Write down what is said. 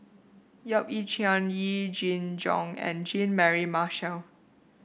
Yap Ee Chian Yee Jenn Jong and Jean Mary Marshall